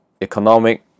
economic